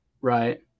Right